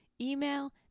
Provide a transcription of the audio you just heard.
email